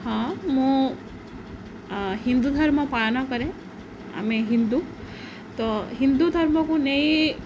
ହଁ ମୁଁ ହିନ୍ଦୁ ଧର୍ମ ପାଳନ କରେ ଆମେ ହିନ୍ଦୁ ତ ହିନ୍ଦୁ ଧର୍ମକୁ ନେଇ